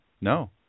No